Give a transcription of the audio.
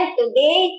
today